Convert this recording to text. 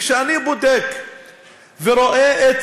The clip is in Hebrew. כשאני בודק ורואה את